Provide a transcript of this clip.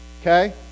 Okay